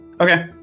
okay